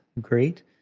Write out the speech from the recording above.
great